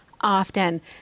often